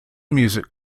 music